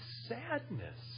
sadness